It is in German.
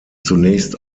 zunächst